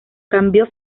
cambió